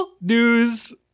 news